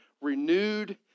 renewed